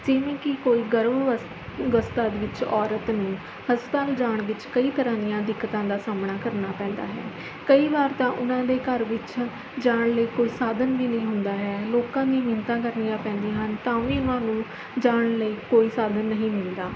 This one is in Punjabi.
ਜਿਵੇਂ ਕਿ ਕੋਈ ਗਰਭ ਅਵਸ ਅਵਸਥਾ ਵਿੱਚ ਔਰਤ ਨੂੰ ਹਸਪਤਾਲ ਜਾਣ ਵਿੱਚ ਕਈ ਤਰ੍ਹਾਂ ਦੀਆਂ ਦਿੱਕਤਾਂ ਦਾ ਸਾਹਮਣਾ ਕਰਨਾ ਪੈਂਦਾ ਹੈ ਕਈ ਵਾਰ ਤਾਂ ਉਹਨਾਂ ਦੇ ਘਰ ਵਿੱਚ ਜਾਣ ਲਈ ਕੋਈ ਸਾਧਨ ਵੀ ਨਹੀਂ ਹੁੰਦਾ ਹੈ ਲੋਕਾਂ ਦੀ ਮਿੰਨਤਾਂ ਕਰਨੀਆਂ ਪੈਂਦੀਆਂ ਹਨ ਤਾਂ ਵੀ ਉਹਨਾਂ ਨੂੰ ਜਾਣ ਲਈ ਕੋਈ ਸਾਧਨ ਨਹੀਂ ਮਿਲਦਾ